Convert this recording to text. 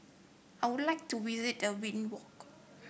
I would like to visit the Windhoek